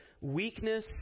weakness